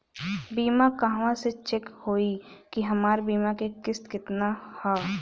बीमा कहवा से चेक होयी की हमार बीमा के किस्त केतना ह?